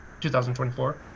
2024